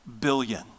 billion